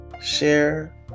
share